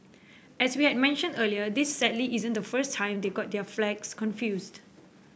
as we had mentioned earlier this sadly isn't the first time they got their flags confused